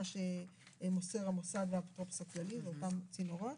שמוסר המוסד והאפוטרופוס הכללי באותם צינורות.